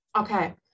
Okay